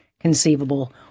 conceivable